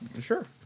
Sure